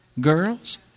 girls